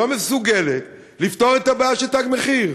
לא מסוגלת לפתור את הבעיה של "תג מחיר".